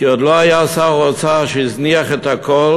כי עוד לא היה שר אוצר שהזניח את הכול